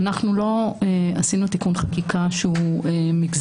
אנחנו לא עשינו תיקון חקיקה שהוא מגזרי.